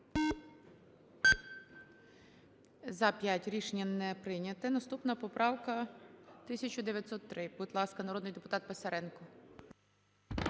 За-5 Рішення не прийнято. Наступна поправка 1903. Будь ласка, народний депутат Писаренко.